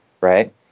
right